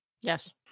Yes